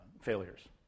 failures